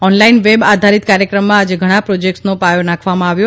online web આધારિત કાર્યક્રમમાં આજે ઘણા પ્રોજેક્ટ્સનો પાયો નાખવામાં આવ્યો છે